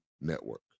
Network